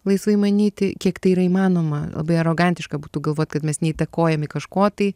laisvai manyti kiek tai yra įmanoma labai arogantiška būtų galvot kad mes neįtakojami kažko tai